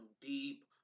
deep